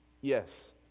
Yes